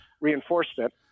reinforcement